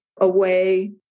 away